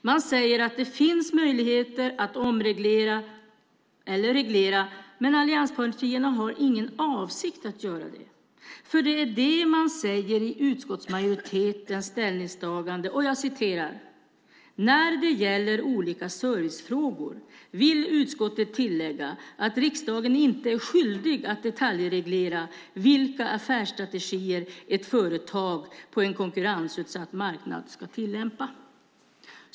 Man säger att det finns möjligheter att omreglera eller reglera, men allianspartierna har ingen avsikt att göra det. Det är det man säger i utskottsmajoritetens ställningstagande, att när det gäller "olika servicefrågor vill utskottet tillägga att riksdagen inte är skyldig att detaljreglera vilka affärsstrategier ett företag på en konkurrensutsatt marknad ska tillämpa".